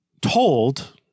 told